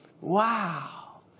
Wow